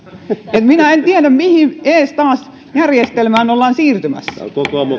minä en tiedä mihin eestaas järjestelmään ollaan siirtymässä